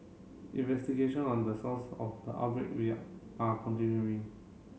investigation on the source of the outbreak are continuing